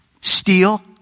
steal